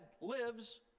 lives